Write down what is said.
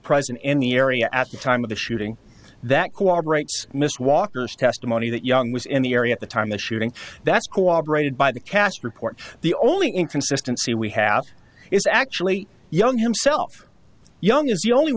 present in any area at the time of the shooting that co operates missed walker's testimony that young was in the area at the time the shooting that's cooperated by the cash reports the only inconsistency we have is actually young himself young is the only